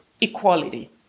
equality